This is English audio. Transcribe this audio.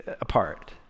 apart